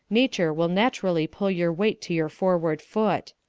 nature will naturally pull your weight to your forward foot.